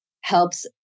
helps